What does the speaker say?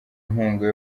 inkunga